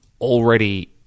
already